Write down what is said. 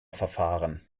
verfahren